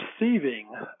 receiving